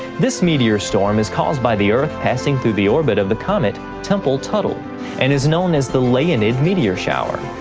this meteor storm is caused by the earth passing through the orbit of the comet tempel-tuttle and is known as the leonid meteor shower.